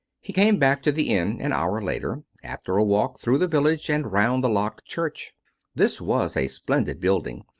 he came back to the inn an hour later, after a walk through the village and round the locked church this was a splendid building,